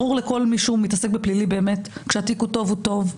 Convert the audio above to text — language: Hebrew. ברור לכל מי שמתעסק בפלילי באמת שכשהתיק הוא טוב הוא טוב.